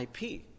IP